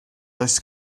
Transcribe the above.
oes